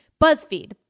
BuzzFeed